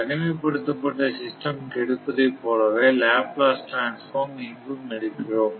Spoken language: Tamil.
தனிமைப்படுத்தப்பட்ட சிஸ்டம் க்கு எடுப்பதைப் போலவே லப்ளாஸ் டிரான்ஸ்பார்ம் இங்கும் எடுக்கிறோம்